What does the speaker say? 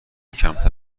کمتر